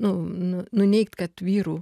nu nuneigt kad vyrų